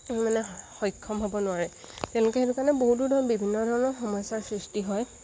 মানে সক্ষম হ'ব নোৱাৰে তেওঁলোকে সেইটো কাৰণে বহুতো বিভিন্ন ধৰণৰ সমস্যাৰ সৃষ্টি হয়